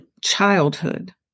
childhood